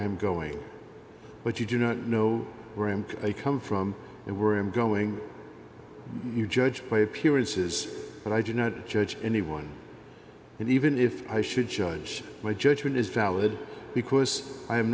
am going but you do not know where i am come from and where i'm going you judge by appearances but i do not judge anyone and even if i should judge my judgement is valid because i